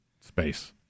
space